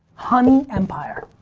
honey empire,